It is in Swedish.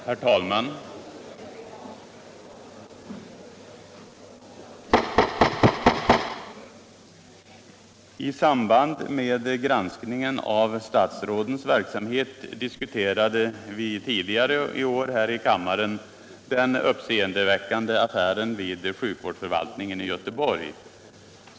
Herr talman! I samband med granskningen av statsrådens verksamhet diskuterade vi tidigare i år här i kammaren den uppseendeväckande affären vid sjukvårdsförvaltningen i Göteborg.